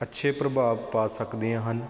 ਅੱਛੇ ਪ੍ਰਭਾਵ ਪਾ ਸਕਦੀਆਂ ਹਨ